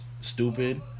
stupid